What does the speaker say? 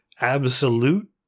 absolute